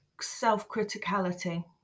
self-criticality